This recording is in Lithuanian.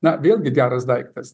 na vėlgi geras daiktas